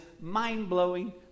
mind-blowing